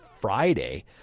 Friday